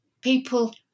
people